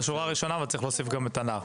בשורה הראשונה צריך להוסיף את הנער.